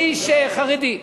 אני איש חרדי.